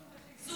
בשיקום,